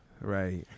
right